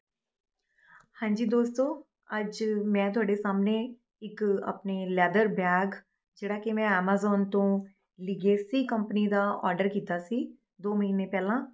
ਹਾਂਜੀ ਦੋਸਤੋ ਅੱਜ ਮੈਂ ਤੁਹਾਡੇ ਸਾਹਮਣੇ ਇੱਕ ਆਪਣੇ ਲੈਦਰ ਬੈਗ ਜਿਹੜਾ ਕਿ ਮੈਂ ਐਮਾਜ਼ੋਨ ਤੋਂ ਲਿਗੇਸੀ ਕੰਪਨੀ ਦਾ ਆਰਡਰ ਕੀਤਾ ਸੀ ਦੋ ਮਹੀਨੇ ਪਹਿਲਾਂ